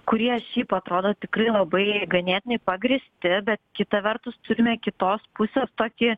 kurie šiaip atrodo tikrai labai ganėtinai pagrįsti bet kita vertus turime kitos pusės tokį